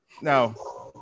no